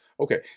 Okay